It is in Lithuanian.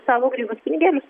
savo grynus pinigėlius